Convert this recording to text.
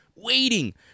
waiting